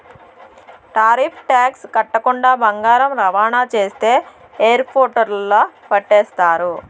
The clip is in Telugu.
టారిఫ్ టాక్స్ కట్టకుండా బంగారం రవాణా చేస్తే ఎయిర్పోర్టుల్ల పట్టేస్తారు